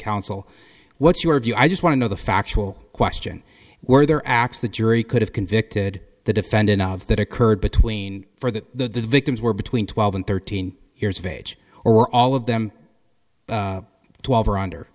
counsel what's your view i just want to know the factual question were there acts the jury could have convicted the defendant of that occurred between for that the victims were between twelve and thirteen years of age or all of them twelve or under